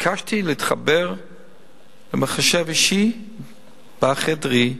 ביקשתי להתחבר במחשב אישי בחדרי,